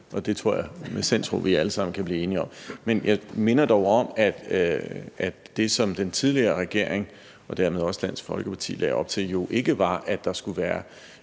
Det tror jeg med sindsro vi alle sammen kan blive enige om. Men jeg minder dog om, at det, som den tidligere regering og dermed også Dansk Folkeparti lagde op til, jo ikke var, at der skulle være